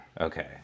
Okay